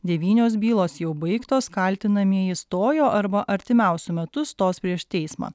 devynios bylos jau baigtos kaltinamieji stojo arba artimiausiu metu stos prieš teismą